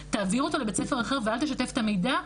תעבירו אותו לבית הספר אחר ואל תשתף את המידע,